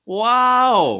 wow